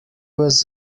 was